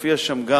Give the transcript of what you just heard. הופיע שם גם